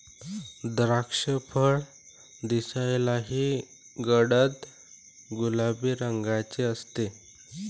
द्राक्षफळ दिसायलाही गडद गुलाबी रंगाचे असते